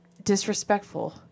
disrespectful